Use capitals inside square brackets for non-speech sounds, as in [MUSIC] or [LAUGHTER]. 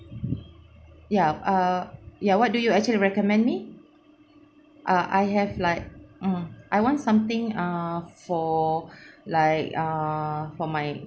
ya err ya what do you actually recommend me ah I have like mm I want something uh for [BREATH] like err for my